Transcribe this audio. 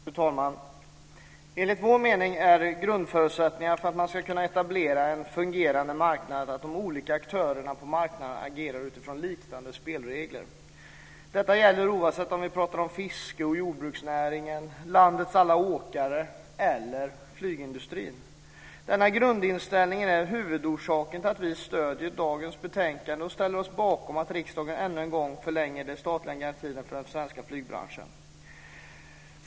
Fru talman! Enligt vår mening är grundförutsättningen för att man ska kunna etablera en fungerande marknad att de olika aktörerna på marknaden agerar utifrån liknande spelregler. Detta gäller oavsett om vi pratar om fiske och jordbruksnäringen och landets alla åkare eller om flygindustrin. Denna grundinställning är huvudorsaken till att vi stöder dagens betänkande och ställer oss bakom att riksdagen ännu en gång förlänger de statliga garantierna för den svenska flygbranschen.